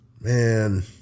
Man